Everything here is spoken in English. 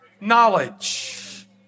knowledge